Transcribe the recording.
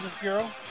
Bureau